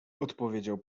odpowiedział